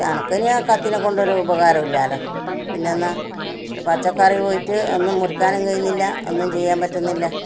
താ അനക്ക് ഇനി ആ കത്തീനെ കൊണ്ടൊരുപകാരം ഇല്ലല്ലോ പിന്നെ ഒരു പച്ചക്കറി പോയിട്ട് ഒന്നും മുറിയ്ക്കാനും കഴിയുന്നില്ല ഒന്നും ചെയ്യാൻ പറ്റുന്നില്ല